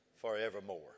forevermore